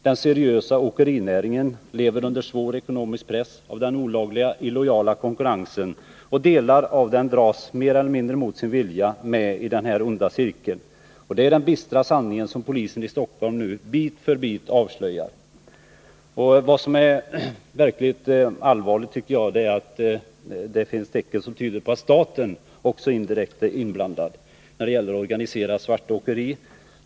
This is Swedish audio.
Den seriösa åkerinäringen lever under svår ekonomisk press av den olagliga illojala konkurrensen, och delar av den dras mer eller mindre mot sin vilja med i den onda cirkeln. Detta är den bistra sanningen, som polisen i Stockholm nu bit för bit avslöjar. Vad som är verkligt allvarligt tycker jag är att tecken tyder på att staten indirekt är inblandad när det gäller den organiserade svarta åkeriverksamheten.